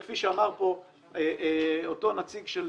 וכפי שאמר פה אותו נציג של